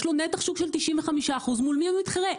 יש לו נתח שוק של 95% מול מי הוא מתחרה.